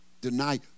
Deny